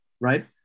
right